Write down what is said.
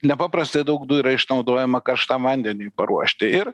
nepaprastai daug dujų yra išnaudojama karštam vandeniui paruošti ir